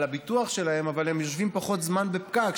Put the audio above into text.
הביטוח שלהם אבל הם יושבים פחות זמן בפקק,